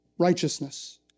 righteousness